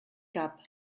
cap